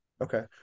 Okay